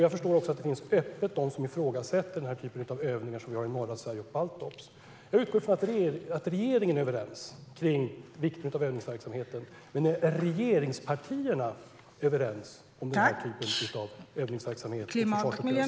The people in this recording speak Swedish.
Jag förstår också att det finns de som öppet ifrågasätter den typ av övningar som den vi har i norra Sverige och Baltops. Jag utgår ifrån att regeringen är överens om vikten av övningsverksamheten. Men är regeringspartierna överens om denna typ av övningsverksamheter och om försvarsuppgörelsen?